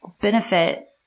benefit